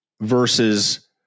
versus